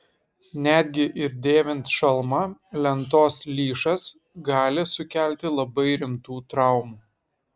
netgi ir dėvint šalmą lentos lyšas gali sukelti labai rimtų traumų